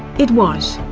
it was.